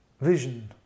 vision